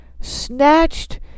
snatched